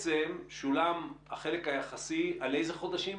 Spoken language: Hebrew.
אני ממשיך להיות מובטל ולא חזרתי למקום העבודה.